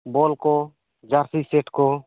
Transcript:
ᱵᱚᱞ ᱠᱚ jersey set ᱠᱚ